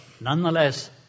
nonetheless